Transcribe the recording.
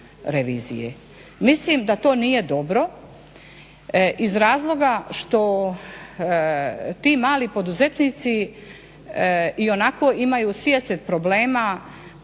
Mislim da to nije dobro iz razloga što ti mali poduzetnici ionako imaju sijaset problema na